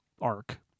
arc